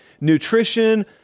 nutrition